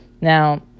Now